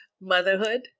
Motherhood